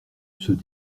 ceux